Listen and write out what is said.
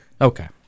Okay